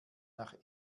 nach